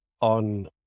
on